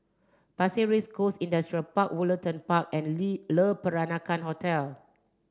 Pasir Ris Coast Industrial Park Woollerton Park and Le Peranakan Hotel